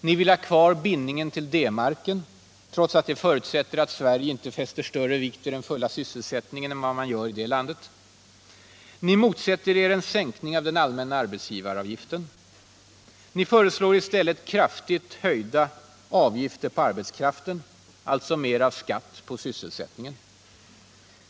Ni vill ha kvar bindningen till D-marken trots att det förutsätter att Sverige inte fäster större vikt vid den fulla sysselsättningen än vad man gör i Västtyskland. Ni motsätter er en sänkning av den allmänna arbetsgivaravgiften. Ni föreslår i stället kraftigt höjda avgifter på arbetskraften, alltså mer av skatt på sysselsättningen.